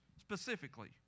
specifically